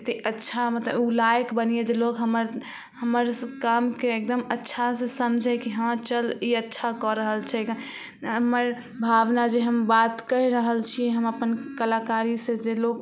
एते अच्छा मतलब उ लायक बनियै जे लोक हमर हमर सब कामके एकदम अच्छासँ समझै कि हँ चल ई अच्छा कऽ रहल छै हमर भावना जे हम बात कहि रहल छी जे हम अपन कलाकारीसँ जे लोग